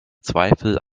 zweifel